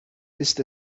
ist